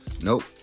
Nope